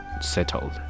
settled